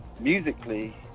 musically